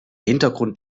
hintergrund